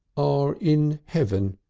are in heaven!